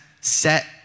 set